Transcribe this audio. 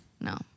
No